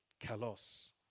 Kalos